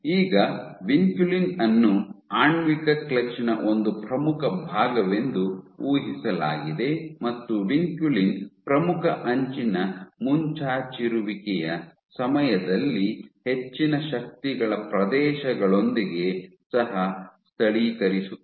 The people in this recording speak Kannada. ಈಗ ವಿನ್ಕುಲಿನ್ ಅನ್ನು ಆಣ್ವಿಕ ಕ್ಲಚ್ನ ಒಂದು ಪ್ರಮುಖ ಭಾಗವೆಂದು ಊಹಿಸಲಾಗಿದೆ ಮತ್ತು ವಿನ್ಕುಲಿನ್ ಪ್ರಮುಖ ಅಂಚಿನ ಮುಂಚಾಚಿರುವಿಕೆಯ ಸಮಯದಲ್ಲಿ ಹೆಚ್ಚಿನ ಶಕ್ತಿಗಳ ಪ್ರದೇಶಗಳೊಂದಿಗೆ ಸಹ ಸ್ಥಳೀಕರಿಸುತ್ತದೆ